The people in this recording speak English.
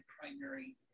primary